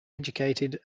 educated